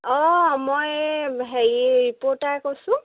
অঁ মই হেৰি ৰিপৰ্টাৰ কৈছোঁ